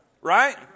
right